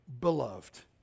beloved